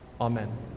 Amen